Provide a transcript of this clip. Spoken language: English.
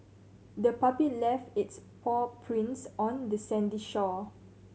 the puppy left its paw prints on the sandy shore